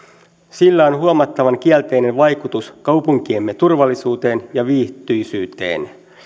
sillä on huomattavan kielteinen vaikutus kaupunkiemme turvallisuuteen ja viihtyisyyteen